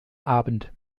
abend